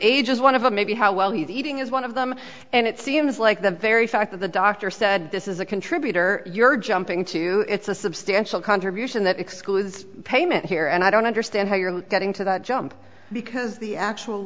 age is one of them maybe how well he's eating is one of them and it seems like the very fact that the doctor said this is a contributor you're jumping to it's a substantial contribution that excludes payment here and i don't understand how you're getting to that jump because the actual